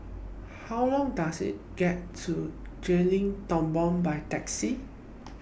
How Long Does IT get to Tepong By Taxi